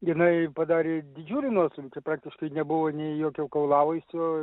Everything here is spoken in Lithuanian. jinai padarė didžiulį nuostolį čia praktiškai nebuvo nei jokio kaulavaisio